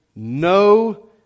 No